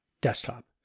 desktop